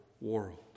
world